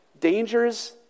dangers